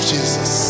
Jesus